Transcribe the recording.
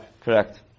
Correct